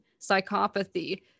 psychopathy